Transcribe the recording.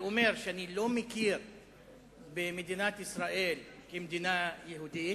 ואומר שאני לא מכיר במדינת ישראל כמדינה יהודית,